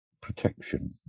protection